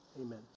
Amen